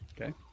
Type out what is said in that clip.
Okay